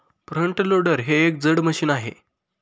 front loader हे एक जड मशीन आहे